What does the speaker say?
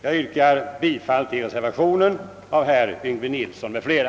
Jag yrkar bifall till reservationen av herr Yngve Nilsson m.fl.